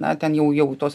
na ten jau jau tos